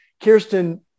Kirsten